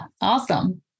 awesome